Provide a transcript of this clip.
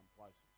places